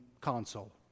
console